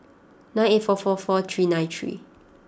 nine eight four four four three nine three